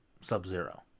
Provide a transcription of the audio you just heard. Sub-Zero